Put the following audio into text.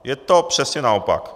Je to přesně naopak.